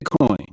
Bitcoin